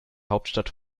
hauptstadt